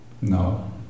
No